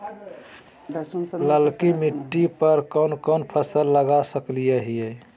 ललकी मिट्टी पर कोन कोन फसल लगा सकय हियय?